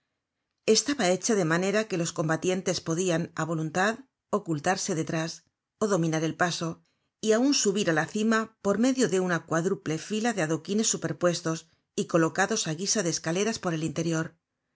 estaba hecha de manera que los combatientes podian á voluntad ocultarse detrás ó dominar el paso y aun subir á la cima por medio de una cuádruple fila de adoquines superpuestos y colocados á guisa de escalera por el interior